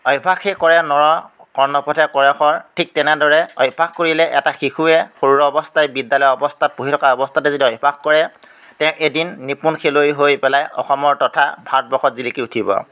অভ্যাসে কৰে নৰ কৰ্ণ পথে কৰে শৰ ঠিক তেনেদৰে অভ্যাস কৰিলে এটা শিশুৱে সৰুৰ অৱস্থাই বিদ্যালয়ৰ অৱস্থাত পঢ়ি থকা অৱস্থাতে যদি অভ্যাস কৰে তেওঁ এদিন নিপুণ খেলুৱৈ হৈ পেলাই অসমৰ তথা ভাৰতবৰ্ষত জিলিকি উঠিব